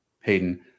Hayden